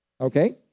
Okay